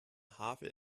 havel